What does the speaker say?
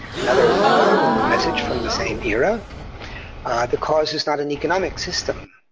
another message from the same era the cause is not an economic system.